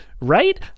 right